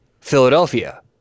Philadelphia